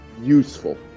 useful